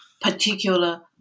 particular